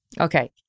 Okay